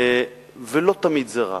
ולא תמיד זה רע.